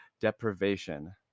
deprivation